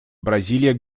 бразилия